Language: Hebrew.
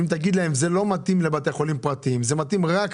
אם תגיד להן שזה לא מתאים לבתי חולים פרטיים וזה מתאים בראש